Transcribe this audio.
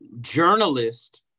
journalist